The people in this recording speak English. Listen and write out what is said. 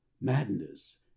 Madness